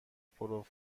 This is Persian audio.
پرو